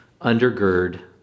undergird